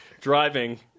driving